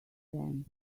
them